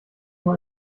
nur